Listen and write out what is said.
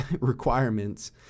requirements